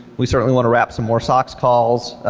we certainly want to wrap so more sox calls.